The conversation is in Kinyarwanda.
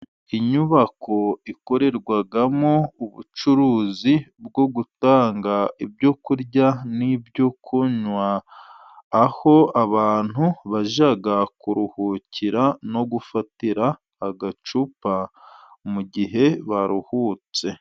Inyubako ikorerwamo ubucuruzi bwo gutanga ibyo kurya， n'ibyo kunywa， aho abantu bajya kuruhukira，no gufatira agacupa， mu gihe baruhutse.